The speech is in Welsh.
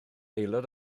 aelod